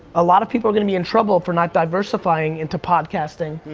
a lot of people are gonna be in trouble for not diversifying into podcasting,